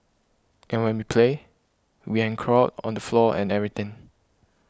and when we play we and crawl on the floor and everything